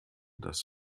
das